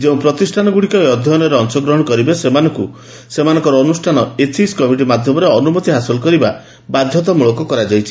ଯେଉଁ ପ୍ରତିଷ୍ଠାନଗୁଡ଼ିକ ଏହି ଅଧ୍ୟୟନରେ ଅଂଶଗ୍ରହଣ କରିବେ ସେମାନଙ୍କୁ ସେମାନଙ୍କର ଅନୁଷ୍ଠାନ ଏଥିକ୍ସ କମିଟି ମାଧ୍ୟମରେ ଅନୁମତି ହାସଲ କରିବା ବାଧ୍ୟତାମୂଳକ କରାଯାଇଛି